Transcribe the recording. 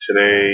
Today